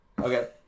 Okay